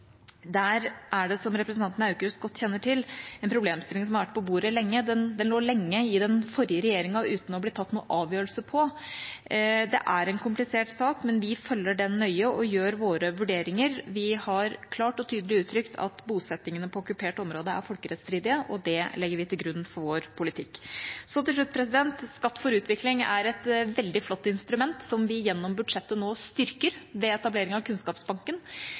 Der er det, som representanten Aukrust godt kjenner til, en problemstilling som har vært på bordet lenge. Den lå lenge i den forrige regjeringa uten at det ble tatt noen avgjørelse. Det er en komplisert sak, men vi følger den nøye og gjør våre vurderinger. Vi har klart og tydelig uttrykt at bosettingene på okkupert område er folkerettsstridige, og det legger vi til grunn for vår politikk. Så til slutt: Skatt for utvikling er et veldig flott instrument som vi gjennom budsjettet nå styrker ved etablering av Kunnskapsbanken.